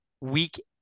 week